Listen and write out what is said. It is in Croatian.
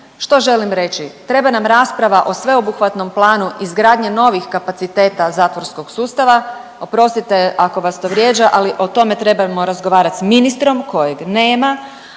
Što želim reći? Treba nama rasprava o sveobuhvatnom planu izgradnje novih kapaciteta zatvorskog sustava, oprostite ako vas to vrijeđa, ali o tome trebamo razgovarat s ministrom kojeg nema,